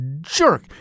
jerk